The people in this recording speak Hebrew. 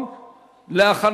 (הוראת